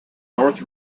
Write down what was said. north